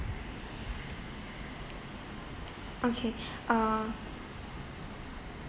okay uh